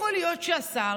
איך יכול להיות שהשר,